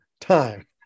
time